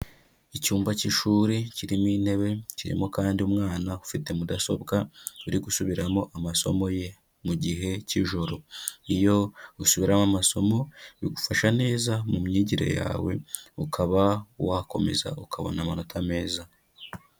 Icyumba cy'ishuri kirimo intebe, kirimo kandi umwana ufite mudasobwa uri gusubiramo amasomo ye mu gihe cy'ijoro. Iyo usubiramo amasomo bigufasha neza mu myigire yawe, ukaba wakomeza ukabona amanota meza.